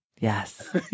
Yes